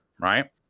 Right